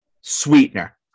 sweetener